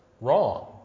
wrong